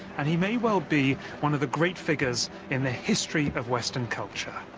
and he may well be one of the great figures in the history of western culture.